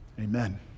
Amen